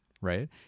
Right